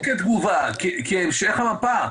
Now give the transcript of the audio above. לא כתגובה, כהמשך המפה,